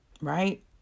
Right